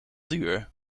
duur